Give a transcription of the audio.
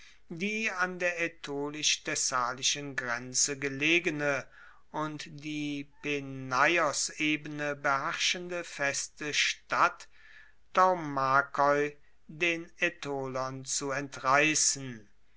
die an der aetolisch thessalischen grenze gelegene und die peneiosebene beherrschende feste stadt thaumakoi den aetolern zu entreissen